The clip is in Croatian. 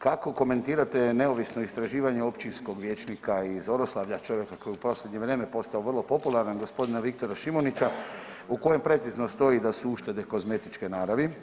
Kako komentirate neovisno istraživanje općinskog vijećnika iz Oroslavlja, čovjeka koji je u posljednje vrijeme postao vrlo popularan, g. Viktora Šimunića, u kojem precizno stoji da su uštede kozmetičke naravi?